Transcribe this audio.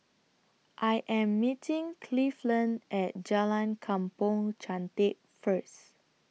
I Am meeting Cleveland At Jalan Kampong Chantek First